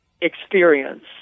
experience